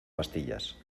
pastillas